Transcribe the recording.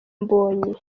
mbonyi